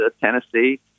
Tennessee